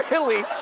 really,